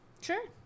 Sure